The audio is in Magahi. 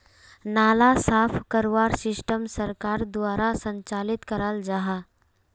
नाला साफ करवार सिस्टम सरकार द्वारा संचालित कराल जहा?